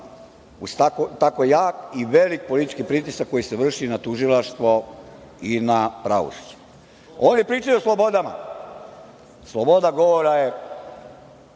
uz tako jak i velik politički pritisak koji se vrši na tužilaštvo i na pravosuđe. Oni pričaju o slobodama. Sloboda govora je